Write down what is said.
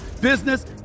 business